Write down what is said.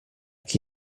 chi